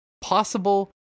possible